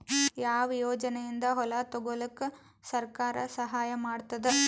ಯಾವ ಯೋಜನೆಯಿಂದ ಹೊಲ ತೊಗೊಲುಕ ಸರ್ಕಾರ ಸಹಾಯ ಮಾಡತಾದ?